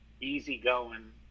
easygoing